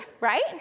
right